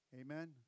amen